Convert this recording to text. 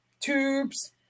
tubes